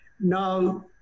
Now